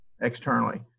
externally